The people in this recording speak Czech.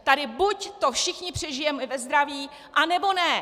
Tady buď to všichni přežijeme ve zdraví, anebo ne.